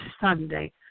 Sunday